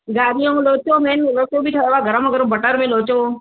घारी ऐं लोचो मैन लोचो बि ठहियो आहे गरम गरम बटर में लोचो